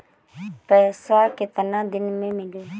पैसा केतना दिन में मिली?